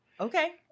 okay